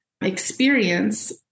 experience